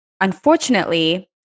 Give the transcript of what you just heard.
unfortunately